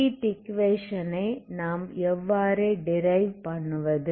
heat equation இ நாம் எவ்வாறு டிரைவ் பண்ணுவது